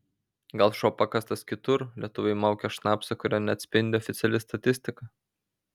gal šuo pakastas kitur lietuviai maukia šnapsą kurio neatspindi oficiali statistika